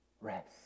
rest